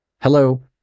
hello